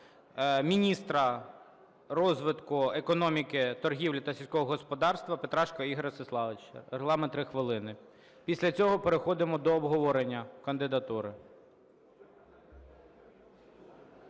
міністра розвитку економіки, торгівлі та сільського господарства Петрашка Ігоря Ростиславовича. Регламент - 3 хвилини. Після цього переходимо до обговорення кандидатури.